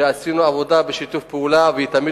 שעשינו עבודה בשיתוף פעולה והיא תמיד